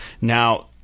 Now